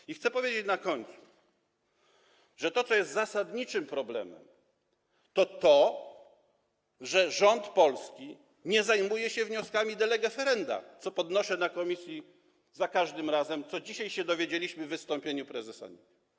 I chcę powiedzieć na końcu, że to, co jest zasadniczym problemem, to to, że rząd polski nie zajmuje się wnioskami de lege ferenda, co podnoszę na posiedzeniu komisji za każdym razem, czego dzisiaj dowiedzieliśmy się w wystąpieniu prezesa NIK.